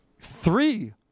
Three